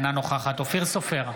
אינה נוכחת אופיר סופר,